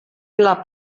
pla